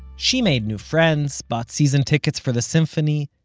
she made new friends, bought season tickets for the symphony,